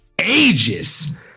ages